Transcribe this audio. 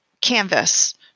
canvas